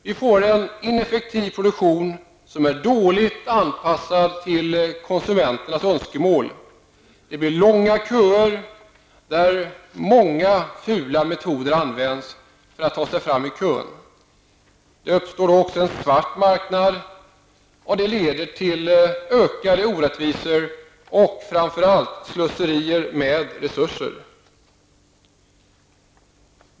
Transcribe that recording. Vi får en ineffektiv produktion som är dåligt anpassad till konsumenternas önskemål. Det blir långa köer där många fula metoder används för att ta sig fram i kön. Det uppstår en svart marknad, vilket leder till mer orättvisor och framför allt slöseri med resurser.